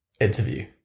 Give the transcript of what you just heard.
interview